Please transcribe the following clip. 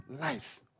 life